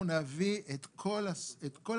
אנחנו נביא את כל המתווה.